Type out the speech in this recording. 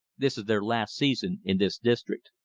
this is their last season in this district.